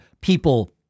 people